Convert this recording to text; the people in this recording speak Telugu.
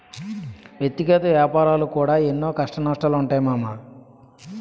వ్యక్తిగత ఏపారాలకు కూడా ఎన్నో కష్టనష్టాలుంటయ్ మామా